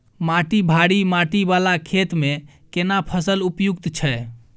माटी भारी माटी वाला खेत में केना फसल उपयुक्त छैय?